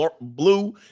blue